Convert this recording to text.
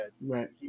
Right